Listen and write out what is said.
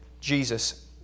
Jesus